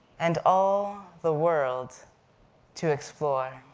and all the world to explore.